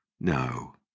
No